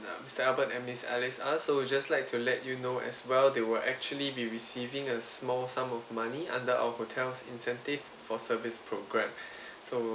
uh mister albert and miss alice are so we're just like to let you know as well they will actually be receiving a small sum of money under our hotels incentive for service programme so